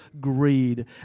greed